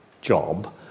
job